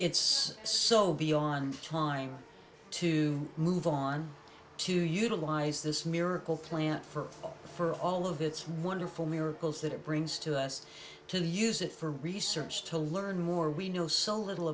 it's so beyond trying to move on to utilize this miracle plant for all for all of its wonderful miracles that it brings to us to use it for research to learn more we know so little